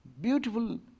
beautiful